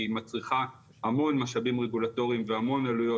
היא מצריכה המון משאבים רגולטוריים והמון עלויות